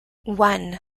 one